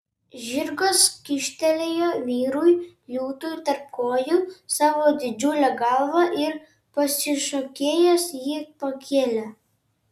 žirgas kyštelėjo vyrui liūtui tarp kojų savo didžiulę galvą ir pasišokėjęs jį pakėlė